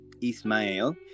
Ismael